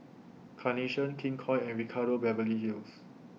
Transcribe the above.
Carnation King Koil and Ricardo Beverly Hills